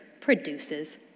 produces